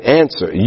answer